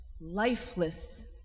lifeless